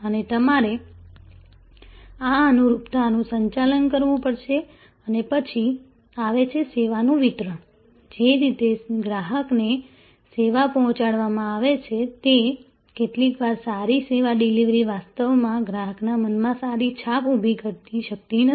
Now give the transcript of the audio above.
અને તમારે આ અનુરૂપતાનું સંચાલન કરવું પડશે અને પછી આવે છે સેવાનું વિતરણ જે રીતે ગ્રાહક ને સેવા પહોચાડવામાં આવે છે તે કેટલીકવાર સારી સેવા ડિલિવરી વાસ્તવમાં ગ્રાહકના મનમાં સારી છાપ ઊભી કરી શકતી નથી